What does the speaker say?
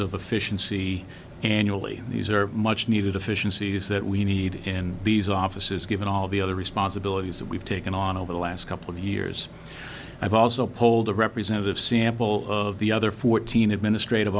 efficiency annually these are much needed efficiencies that we need in these offices given all the other responsibilities that we've taken on over the last couple of years i've also polled a representative sample of the other fourteen administrative